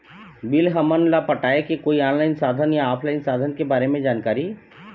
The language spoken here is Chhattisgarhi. बिल हमन ला पटाए के कोई ऑनलाइन साधन या ऑफलाइन साधन के बारे मे जानकारी?